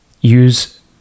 use